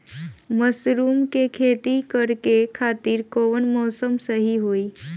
Mushroom के खेती करेके खातिर कवन मौसम सही होई?